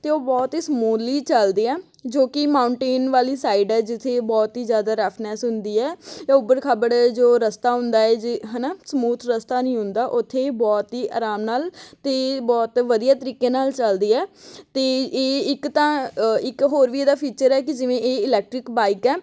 ਅਤੇ ਉਹ ਬਹੁਤ ਹੀ ਸਮੂਲੀ ਚੱਲਦੀ ਆ ਜੋ ਕਿ ਮਾਊਂਟੇਨ ਵਾਲੀ ਸਾਈਡ ਹੈ ਜਿੱਥੇ ਬਹੁਤ ਹੀ ਜ਼ਿਆਦਾ ਰੈਫਨੈਸ ਹੁੰਦੀ ਹੈ ਉਬੜ ਖਾਬੜ ਜੋ ਰਸਤਾ ਹੁੰਦਾ ਹੈ ਜੀ ਹੈ ਨਾ ਸਮੂਥ ਰਸਤਾ ਨਹੀਂ ਹੁੰਦਾ ਉੱਥੇ ਇਹ ਬਹੁਤ ਹੀ ਆਰਾਮ ਨਾਲ ਅਤੇ ਬਹੁਤ ਵਧੀਆ ਤਰੀਕੇ ਨਾਲ ਚੱਲਦੀ ਹੈ ਅਤੇ ਇਹ ਇੱਕ ਤਾਂ ਇੱਕ ਹੋਰ ਵੀ ਇਹਦਾ ਫੀਚਰ ਹੈ ਕਿ ਜਿਵੇਂ ਇਹ ਇਲੈਕਟ੍ਰਿਕ ਬਾਈਕ ਹੈ